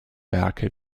werke